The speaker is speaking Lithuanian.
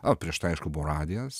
o prieš tai aišku buvo radijas